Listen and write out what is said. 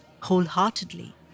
wholeheartedly